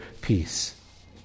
peace